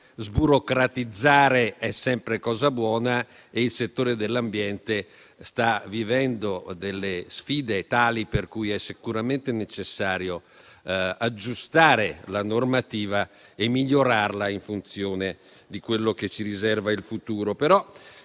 sburocratizzare è sempre cosa buona e il settore dell'ambiente sta vivendo delle sfide tali per cui è sicuramente necessario aggiustare la normativa e migliorarla in funzione di quello che ci riserva il futuro.